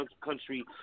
country